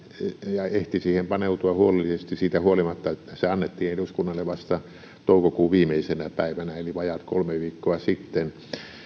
ja ehti siihen paneutua huolellisesti siitä huolimatta että se annettiin eduskunnalle vasta toukokuun viimeisenä päivänä eli vajaat kolme viikkoa sitten